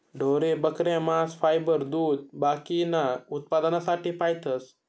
ढोरे, बकऱ्या, मांस, फायबर, दूध बाकीना उत्पन्नासाठे पायतस